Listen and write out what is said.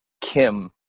kim